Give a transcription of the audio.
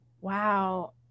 Wow